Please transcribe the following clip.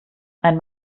ein